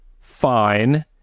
fine